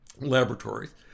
Laboratories